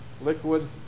liquid